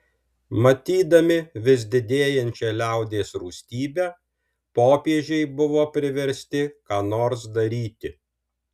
matydami vis didėjančią liaudies rūstybę popiežiai buvo priversti ką nors daryti